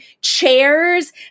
chairs